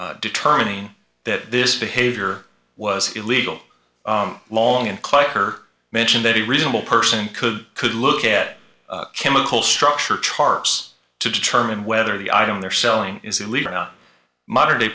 of determining that this behavior was illegal long and clutter mention that a reasonable person could could look at chemical structure charts to determine whether the item they're selling is a leader not modern day